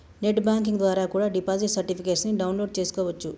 net banking ద్వారా కూడా deposit certificates ని డౌన్ లోడ్ చేస్కోవచ్చు